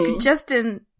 justin